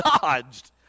dodged